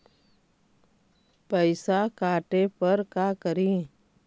पैसा काटे पर का करि?